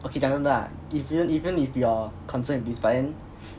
okay 讲真的啦 even even if your concern is this but then